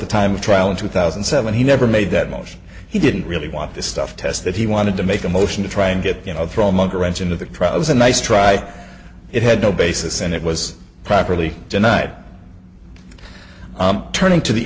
the time of trial in two thousand and seven he never made that motion he didn't really want this stuff test that he wanted to make a motion to try and get you know throw a monkey wrench into the crowd was a nice try it had no basis and it was properly denied turning to the